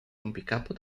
rompicapo